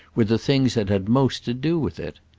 were the things that had most to do with it.